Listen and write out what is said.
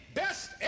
best